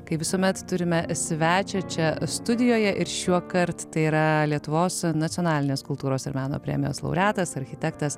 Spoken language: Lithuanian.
kaip visuomet turime svečią čia studijoje ir šiuokart tai yra lietuvos nacionalinės kultūros ir meno premijos laureatas architektas